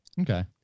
okay